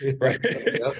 right